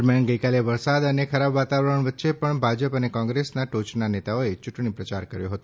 દરમિયાન ગઇકાલે વરસાદ અને ખરાબ વાતાવરણ વચ્ચે પણ ભાજપ અને કોંગ્રેસના ટોચના નેતાઓએ યુંટણી પ્રચાર કર્યો હતો